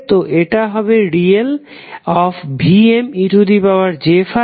তো এটা হবে ReVmej∅ejωt